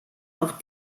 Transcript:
auch